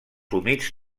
humits